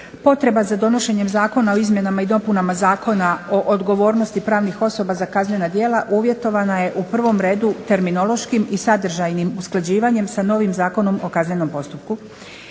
Potreba za donošenjem Zakona o izmjenama i dopunama Zakona o odgovornosti pravnih osoba za kaznena djela uvjetovana je u prvom redu terminološkim i sadržajnim usklađivanjem sa novim Zakonom o kaznenom postupku